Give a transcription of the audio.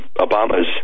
Obama's